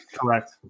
correct